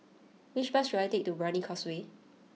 which bus should I take to Brani Causeway